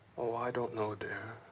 oh, i don't know, dear.